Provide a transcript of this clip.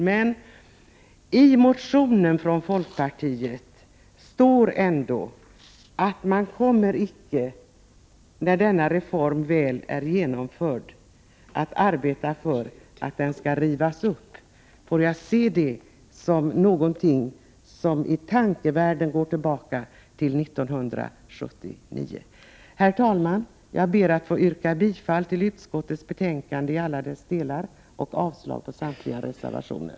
Men i folkpartiets motion står att man, när denna reform väl är genomförd, icke kommer att arbeta för att den skall rivas upp, och jag ser det som något som i tankevärlden går tillbaka till 1979. Herr talman! Jag ber att få yrka bifall till utskottets hemställan i alla dess delar och avslag på samtliga reservationer.